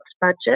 budget